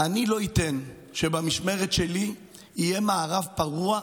אני לא אתן שבמשמרת שלי יהיה מערב פרוע בנגב.